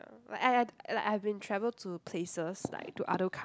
like I I d~like I've been travel to places like to other coun~